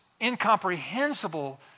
incomprehensible